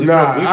Nah